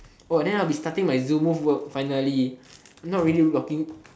oh then I will be starting my zoo move work finally not really looking